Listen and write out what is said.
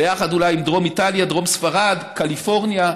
ביחד אולי עם דרום איטליה, דרום ספרד, קליפורניה,